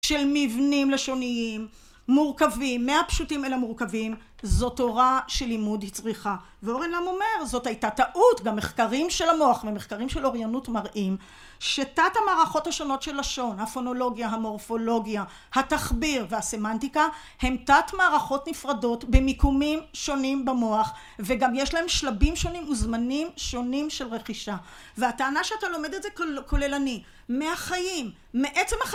של מבנים לשוניים מורכבים מהפשוטים אל המורכבים זו תורה שלימוד היא צריכה, ואורן לאם אומר זאת הייתה טעות. במחקרים של המוח ומחקרים של אוריינות מראים שתת המערכות השונות של לשון: הפונולוגיה, המורפולוגיה, התחביר, והסמנטיקה הם תת מערכות נפרדות במיקומים שונים במוח, וגם יש להם שלבים שונים וזמנים שונים של רכישה, והטענה שאתה לומד את זה כוללני מהחיים. מעצם החיים.